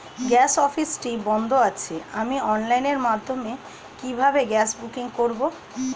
Gas অফিসটি বন্ধ আছে আমি অনলাইনের মাধ্যমে কিভাবে গ্যাস বুকিং করব?